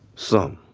some.